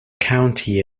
county